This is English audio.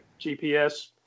gps